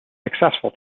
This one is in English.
successful